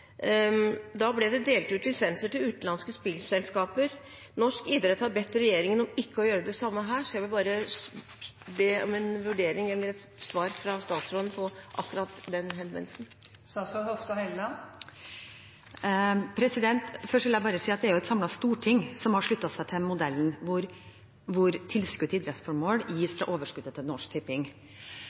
Da ble det delt ut lisenser til utenlandske spillselskaper. Norsk idrett har bedt regjeringen om ikke å gjøre det samme her, så jeg vil be om en vurdering eller et svar fra statsråden på akkurat dette. Først vil jeg si at det er et samlet storting som har sluttet seg til modellen hvor tilskudd til idrettsformål gis fra overskuddet til Norsk Tipping.